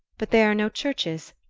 but there are no churches.